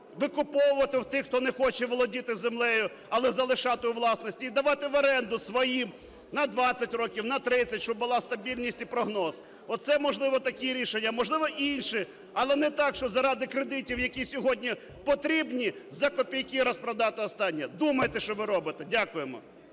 викуповувати в тих, хто не хоче володіти землею, але залишати у власності, і давати в оренду своїм на 20 років, на 30, щоб була стабільність і прогноз. Оце, можливо, такі рішення. Можливо, інше. Але не так, що заради кредитів, які сьогодні потрібні за копійки розпродати останнє. Думайте, що ви робите! Дякуємо.